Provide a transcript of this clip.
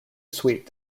sweet